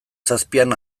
zazpian